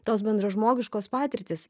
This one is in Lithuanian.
tos bendražmogiškos patirtys